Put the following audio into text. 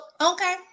Okay